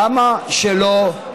למה שלא,